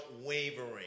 wavering